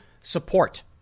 support